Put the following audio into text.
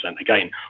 again